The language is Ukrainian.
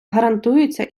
гарантуються